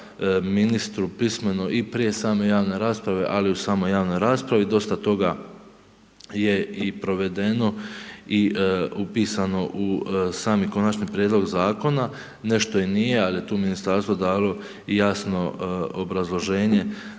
ministru pismeno i prije same javne rasprave, ali i u samoj javnoj raspravi. Dosta toga je i provedeno i upisano u sami konačni prijedlog zakona, nešto i nije, ali je tu ministarstvo dalo jasno obrazloženje